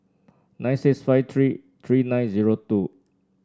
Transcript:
nine six five three three nine zero two